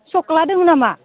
सकला दङ नामा